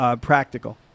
practical